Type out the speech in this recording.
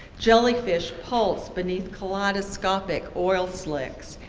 jellyfish pulse beneath kaleidoscopic oil slicks,